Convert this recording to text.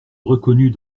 reconnut